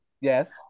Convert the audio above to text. Yes